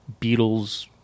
Beatles